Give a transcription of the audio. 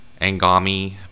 Angami